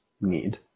need